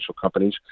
companies